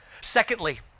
Secondly